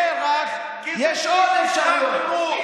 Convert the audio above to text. פר"ח, יש עוד אפשרויות.